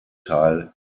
teil